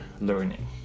learning